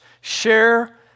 share